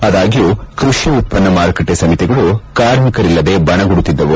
ಆದಾಗ್ಯೂ ಕೃಷಿ ಉತ್ಪನ್ನ ಮಾರುಕಟ್ಟೆ ಸಮಿತಿಗಳು ಕಾರ್ಮಿಕರಲ್ಲದೆ ಬಣಗುಡುತ್ತಿದ್ದವು